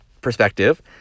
perspective